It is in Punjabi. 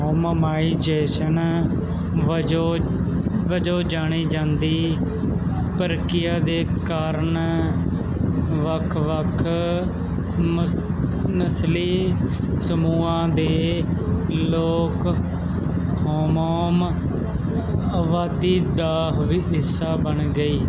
ਹੁਮ ਮਾਈਜੇਸ਼ਨ ਵਜੋਂ ਵਜੋਂ ਜਾਣੀ ਜਾਂਦੀ ਪ੍ਰਕਿਰਿਆ ਦੇ ਕਾਰਨ ਵੱਖ ਵੱਖ ਮਸ ਨਸਲੀ ਸਮੂਹਾਂ ਦੇ ਲੋਕ ਹਮੋਮ ਆਬਾਦੀ ਦਾ ਵੀ ਹਿੱਸਾ ਬਣ ਗਈ